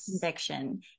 conviction